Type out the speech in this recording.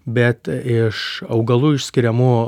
bet iš augalų išskiriamų